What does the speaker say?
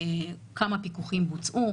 כמה פיקוחים בוצעו,